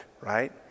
right